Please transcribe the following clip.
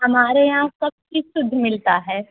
हमारे यहाँ सब चीज़ शुद्ध मिलता है